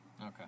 Okay